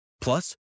Plus